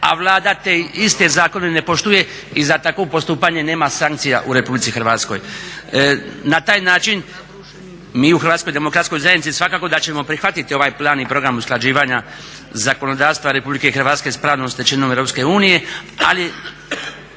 a Vlada te iste zakone ne poštuje i za takvo postupanje nema sankcija u RH. Na taj način mi u Hrvatskoj demokratskoj zajednici svakako da ćemo prihvatiti ovaj plan i program usklađivanja zakonodavstva RH sa pravnom stečevinom EU, ali